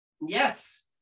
Yes